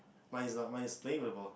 mine is not mine is playing with the ball